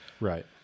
right